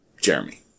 Jeremy